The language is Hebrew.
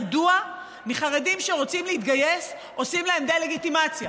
מדוע לחרדים שרוצים להתגייס עושים דה-לגיטימציה?